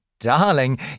Darling